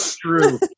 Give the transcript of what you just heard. True